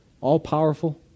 all-powerful